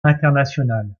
internationales